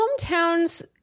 hometowns